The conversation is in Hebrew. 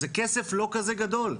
זה כסף לא כזה גדול.